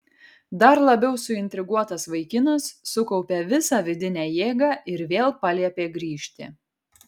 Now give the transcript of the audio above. dar labiau suintriguotas vaikinas sukaupė visą vidinę jėgą ir vėl paliepė grįžti